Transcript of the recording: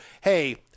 hey